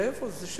ואיפה זה?